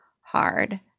hard